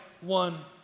one